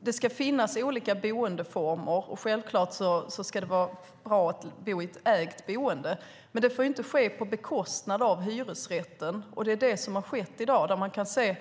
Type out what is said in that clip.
Det ska finnas olika boendeformer, och självklart ska det vara bra att bo i ett ägt boende. Men det får inte ske på bekostnad av hyresrätten, och det är vad som har skett i dag, där man kan se